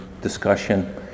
discussion